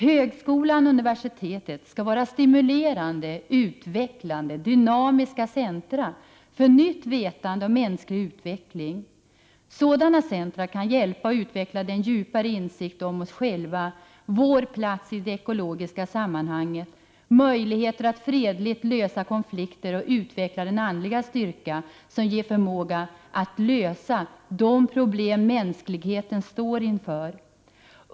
Högskolor och universitet skall vara stimulerande, utvecklande och dynamiska centra för ett nytt vetande och en mänsklig utveckling. Sådana centra kan hjälpa oss att utveckla den djupare insikt om oss själva, vår plats i de ekologiska sammanhanget och våra möjligheter att fredligt lösa konflikter som vi behöver, och utveckla den andliga styrka som ger förmåga att lösa de problem mänskligheten står inför.